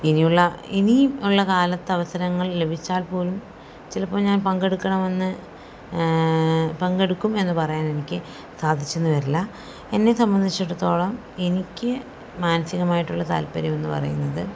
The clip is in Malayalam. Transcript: ഇനിയുള്ള ഇനിയും ഉള്ള കാലത്ത് അവസരങ്ങൾ ലഭിച്ചാൽപ്പോലും ചിലപ്പോൾ ഞാൻ പങ്കെടുക്കണമെന്ന് പങ്കെടുക്കും എന്നു പറയാൻ എനിക്ക് സാധിച്ചെന്നു വരില്ല എന്നെ സംബന്ധിച്ചെടുത്തോളം എനിക്ക് മാനസികമായിട്ടുള്ള താല്പര്യം എന്നു പറയുന്നത്